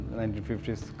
1950s